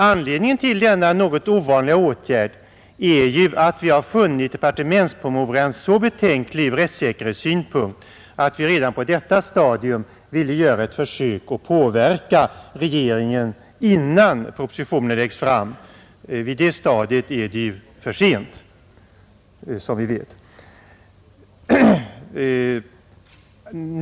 Anledningen till denna något ovanliga åtgärd är att vi har funnit departementspromemorian så betänklig ur rättssäkerhetssynpunkt att vi redan på detta stadium ville göra ett försök att påverka regeringen, innan propositionen läggs fram. När propositionen väl kommit är det för sent, som vi vet.